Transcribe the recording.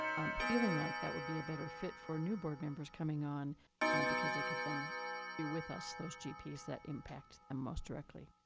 i'm feeling like that would be a better fit for new board members coming on because they could then be with us those gps that impact um most directly.